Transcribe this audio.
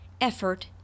effort